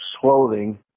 clothing